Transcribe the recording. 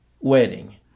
wedding